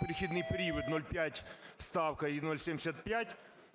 перехідний період 0,5 ставка і 0,75,